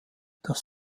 das